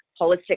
holistic